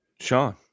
Sean